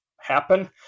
happen